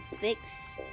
fix